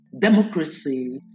democracy